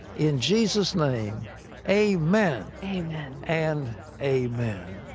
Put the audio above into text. in jesus' name amen. amen. and amen.